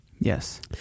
Yes